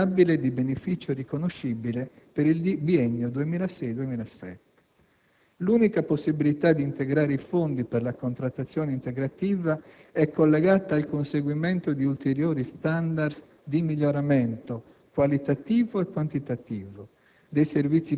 costituendo il limite massimo, invalicabile di beneficio riconoscibile per il biennio 2006-2007. L'unica possibilità di integrare i fondi per la contrattazione integrativa è collegata al conseguimento di ulteriori *standard* di miglioramento,